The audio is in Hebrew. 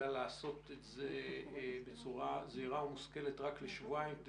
אלא לעשות את זה בצורה מושכלת רק לשבועיים,